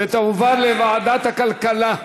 התשע"ז 2016 לוועדת הכלכלה,